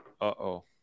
uh-oh